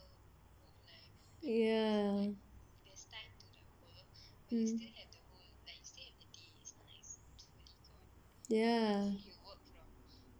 ya ya